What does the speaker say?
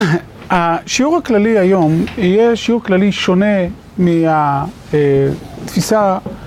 השיעור הכללי היום יהיה שיעור כללי שונה מהתפיסה.